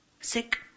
sick